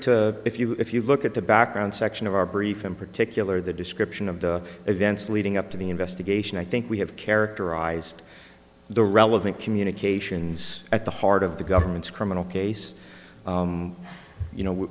to if you if you look at the background section of our brief in particular the description of the events leading up to the investigation i think we have characterized the relevant communications at the heart of the government's criminal case you know